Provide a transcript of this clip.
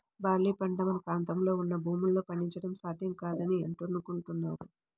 barley పంట మన ప్రాంతంలో ఉన్న భూముల్లో పండించడం సాధ్యం కాదని అనుకుంటున్నాను